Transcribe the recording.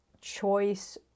choice